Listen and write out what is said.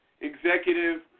executive